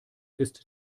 ist